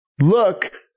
look